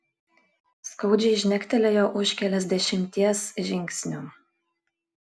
skaudžiai žnektelėjo už keliasdešimties žingsnių